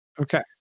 Okay